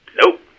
Nope